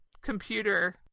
computer